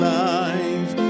life